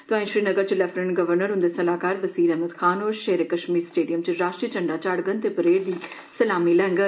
तोआईं श्रीनगर च lieutenant governor हंदे सलाहकार बसीर अहमद खान होर शेरे कश्मीर स्टेडियम च राश्ट्री झंडा चाढ़ङन ते परेड दी सलामी लैङन